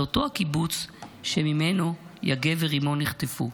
זה אותו הקיבוץ שממנו יגב ורימון נחטפו.